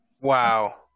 Wow